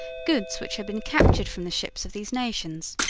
goods which had been captured from the ships of these nations.